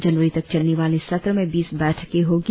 जनवरी तक चलने वाले इस सत्र में बीस बैठकें होगी